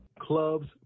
clubs